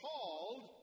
called